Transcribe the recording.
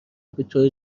بطور